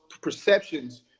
perceptions